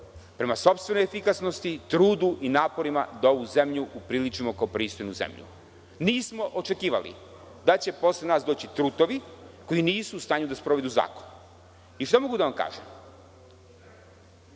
prema sopstvenoj efikasnosti, trudu i naporima da ovu zemlju upriličimo kao pristojnu zemlju. Nismo očekivali da će posle nas doći trutovi koji nisu u stanju da sprovedu zakon. Šta mogu da vam kažem?(Zoran